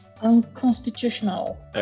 Unconstitutional